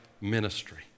ministry